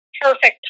perfect